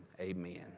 amen